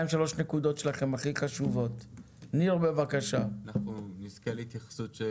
אנחנו נזכה להתייחסות של